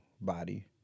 body